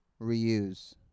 Reuse